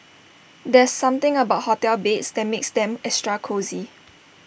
there's something about hotel beds that makes them extra cosy